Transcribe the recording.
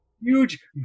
huge